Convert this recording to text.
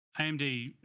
AMD